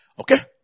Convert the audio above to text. Okay